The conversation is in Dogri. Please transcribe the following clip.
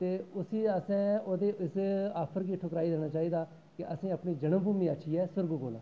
ते उसी असें ओह्दे उस आफर गी ठुकराई देना चाहिदा कि असें अपनी जनम भू अच्छी ऐ सुर्ग कोला